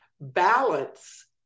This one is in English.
Balance